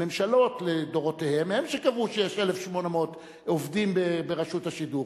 הממשלות לדורותיהן הן שקבעו שיש 1,800 עובדים ברשות השידור.